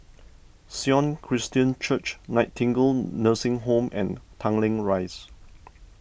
Sion Christian Church Nightingale Nursing Home and Tanglin Rise